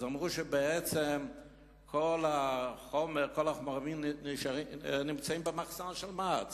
אמרו שבעצם כל החומרים נמצאים במחסן של מע"צ,